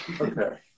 Okay